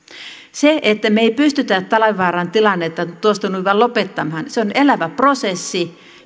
me emme pysty talvivaaran tilannetta tuosta noin vain lopettamaan se on elävä prosessi